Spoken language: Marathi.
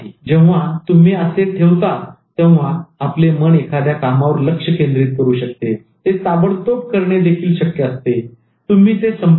जेव्हा तुम्ही असे ठेवता तेव्हा आपले मन एखाद्या कामावर लक्ष केंद्रित करू शकते ते ताबडतोब करणेदेखील शक्य असते आणि तुम्ही ते संपवता